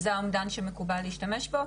זה האומדן שמקובל להשתמש בו.